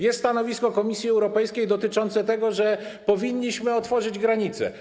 Jest stanowisko Komisji Europejskiej dotyczące tego, że powinniśmy otworzyć granice.